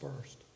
first